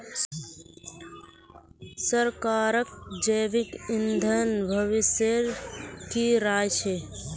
सरकारक जैविक ईंधन भविष्येर की राय छ